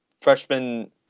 freshman